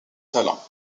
talent